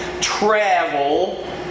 travel